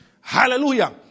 Hallelujah